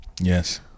Yes